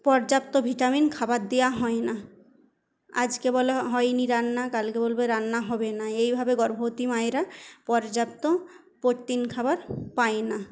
পর্যাপ্ত ভিটামিন খাবার দেওয়া হয় না আজকে বলে হয় নি রান্না কালকে বলবে রান্না হবে না এইভাবে গর্ভবতী মায়েরা পর্যাপ্ত প্রোটিন খাবার পায় না